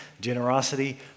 generosity